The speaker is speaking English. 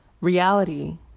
reality